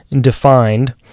defined